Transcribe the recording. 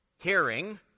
hearing